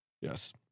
Yes